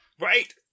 Right